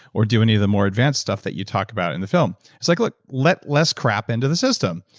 or do any of the more advance stuff that you talk about in the film it's like like let less crap into the system,